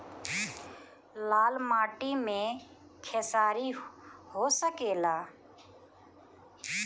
लाल माटी मे खेसारी हो सकेला?